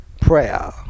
prayer